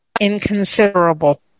inconsiderable